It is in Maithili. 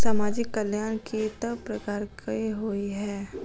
सामाजिक कल्याण केट प्रकार केँ होइ है?